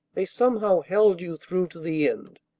they somehow held you through to the end.